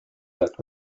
that